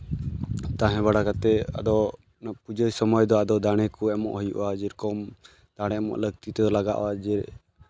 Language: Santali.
ᱛᱟᱦᱮᱸ ᱵᱟᱲᱟ ᱠᱟᱛᱮ ᱟᱫᱚ ᱯᱩᱡᱟᱹ ᱥᱚᱢᱚᱭ ᱫᱚ ᱟᱫᱚ ᱫᱟᱲᱮ ᱠᱚ ᱮᱢᱚᱜ ᱦᱩᱭᱩᱜᱼᱟ ᱡᱮᱨᱚᱠᱚᱢ ᱫᱟᱲᱮ ᱮᱢᱚᱜ ᱞᱟᱹᱠᱛᱤ ᱛᱮ ᱞᱟᱜᱟᱜᱼᱟ ᱡᱮ